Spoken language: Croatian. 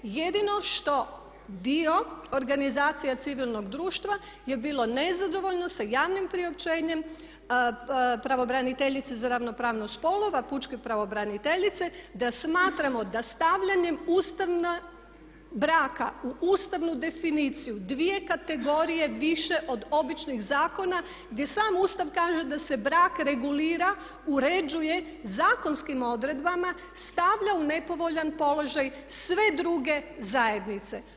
Jedino što dio organizacija civilnog društva je bilo nezadovoljno sa javnim priopćenjem pravobraniteljice za ravnopravnost spolova, pučke pravobraniteljice da smatramo da stavljanjem braka u ustavnu definiciju dvije kategorije više od običnih zakona gdje sam Ustav kaže da se brak regulira, uređuje zakonskim odredbama, stavlja u nepovoljan položaj sve druge zajednice.